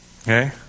Okay